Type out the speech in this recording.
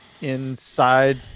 inside